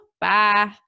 Bye